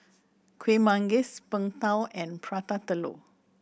Kuih Manggis Png Tao and Prata Telur